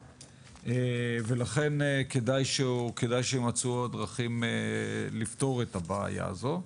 ולכן כדאי שימצאו הדרכים לפתור את הבעיה הזו,